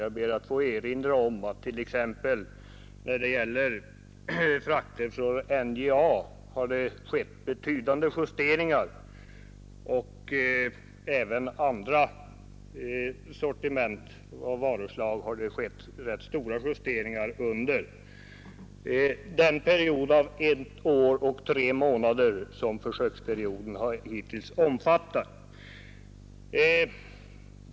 Jag ber att få erinra om att t.ex. när det gäller fraktkostnader för NJA:s produkter har det skett betydande justeringar, och även beträffande andra sortiment och varuslag har rätt stora justeringar skett under den period av ett år och tre månader som försöken hittills pågått.